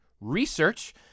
research